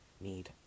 need